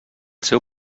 seu